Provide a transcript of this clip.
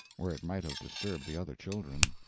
where it might have disturbed the other children.